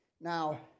Now